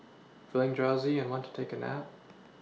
feeling drowsy and want to take a nap